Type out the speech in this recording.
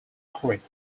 operated